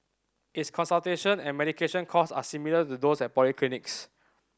its consultation and medication costs are similar to those at polyclinics